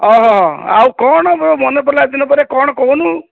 ହଁ ହଁ ଆଉ କ'ଣ ମନେ ପଡ଼ିଲା ଏତେ ଦିନ ପରେ ଆଉ କ'ଣ କହୁନୁ